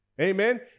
Amen